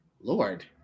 lord